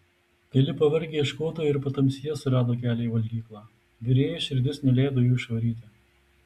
keli pavargę ieškotojai ir patamsyje surado kelią į valgyklą virėjui širdis neleido jų išvaryti